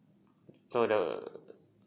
so the